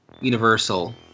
Universal